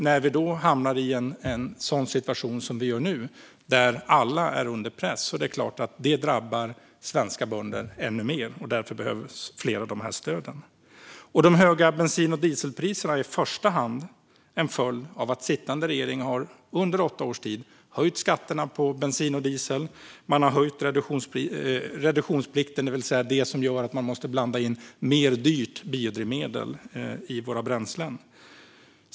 När vi då hamnar i en sådan situation som den vi har nu, där alla är under press, är det klart att det drabbar svenska bönder ännu mer, och därför behövs fler av de här stöden. De höga bensin och dieselpriserna är i första hand en följd av att sittande regering under åtta års tid har höjt skatterna på bensin och diesel. Man har också höjt reduktionsplikten, det vill säga det som gör att man måste blanda in mer dyrt biodrivmedel i våra bränslen.